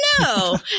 no